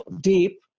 deep